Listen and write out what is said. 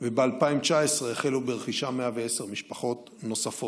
וב-2019 החלו ברכישה 110 משפחות נוספות.